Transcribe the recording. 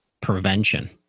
prevention